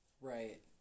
Right